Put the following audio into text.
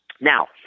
Now